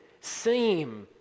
seem